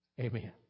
Amen